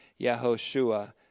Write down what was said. Yahoshua